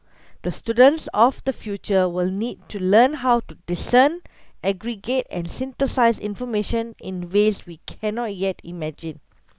the students of the future will need to learn how to discern aggregate and synthesise information in ways we cannot yet imagine